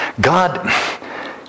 God